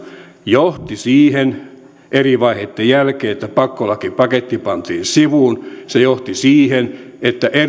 johti eri vaiheitten jälkeen siihen että pakkolakipaketti pantiin sivuun se johti siihen että